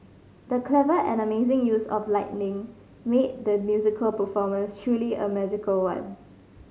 the clever and amazing use of lighting made the musical performance truly a magical one